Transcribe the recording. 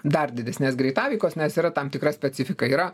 dar didesnės greitaveikos nes yra tam tikra specifika yra